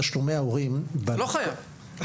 לא חייב.